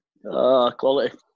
quality